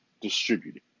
distributed